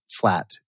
Flat